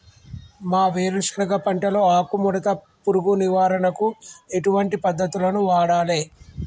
మా వేరుశెనగ పంటలో ఆకుముడత పురుగు నివారణకు ఎటువంటి పద్దతులను వాడాలే?